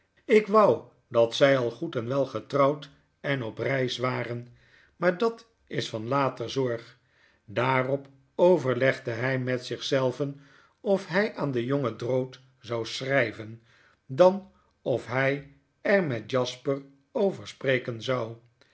ik wou dat zij al goed en wel getrouwd en op reis waren maar dat is van later zorg daarop overlegde hij met zich zelven of hij aan den jongen drood zou schrijven dan of hij er met jasper over spreken zou